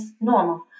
normal